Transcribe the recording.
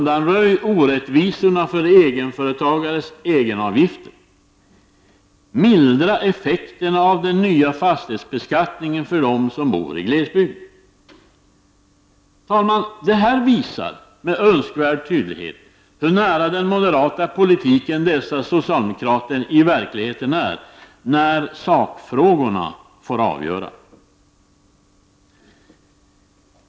Detta visar med önskvärd tydlighet hur nära den moderata politiken dessa socialdemokrater i verkligen är, när sakfrågorna får avgöra.